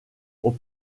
aux